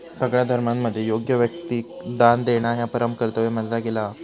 सगळ्या धर्मांमध्ये योग्य व्यक्तिक दान देणा ह्या परम कर्तव्य मानला गेला हा